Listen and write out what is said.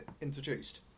introduced